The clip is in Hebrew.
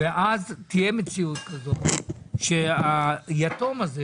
ואז תהיה מציאות כזאת שהיתום הזה,